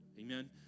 Amen